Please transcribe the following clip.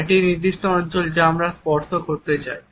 একটি নির্দিষ্ট অঞ্চল যা আমি স্পর্শ করতে চাই